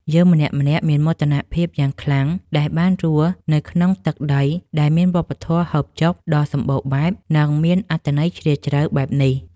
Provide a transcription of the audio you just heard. យើងម្នាក់ៗមានមោទនភាពយ៉ាងខ្លាំងដែលបានរស់នៅក្នុងទឹកដីដែលមានវប្បធម៌ហូបចុកដ៏សម្បូរបែប និង មានអត្ថន័យជ្រាលជ្រៅបែបនេះ។